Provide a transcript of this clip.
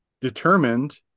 determined